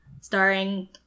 Starring